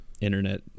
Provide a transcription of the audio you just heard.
internet